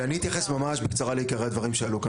אני אתייחס ממש בקצרה לעיקרי הדברים שעלו כאן.